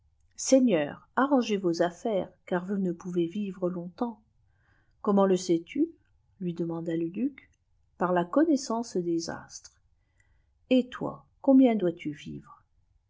seigneur arrangez vos affaires car vous ne poavez vivre longtemps comment le sais-tu lui demanda le duc par la connaissance des astres et toi combien dois-tu vivre